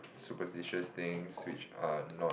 superstitious things which are not